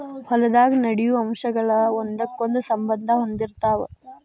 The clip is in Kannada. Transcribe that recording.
ಹೊಲದಾಗ ನಡೆಯು ಅಂಶಗಳ ಒಂದಕ್ಕೊಂದ ಸಂಬಂದಾ ಹೊಂದಿರತಾವ